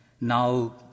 now